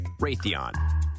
Raytheon